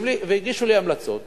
והגישו לי המלצות